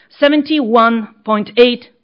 71.8